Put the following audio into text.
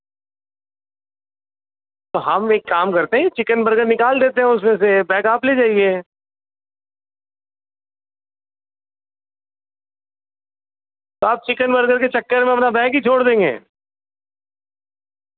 ہم ایک کام کرتے ہیں چکن برگر نکال دیتے ہیں اس میں سے بیگ آپ لے جائیے تو آپ چکن برگر کے چکر میں اپنا بیگ ہی چھوڑ دیں گے